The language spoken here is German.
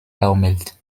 taumelt